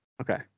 Okay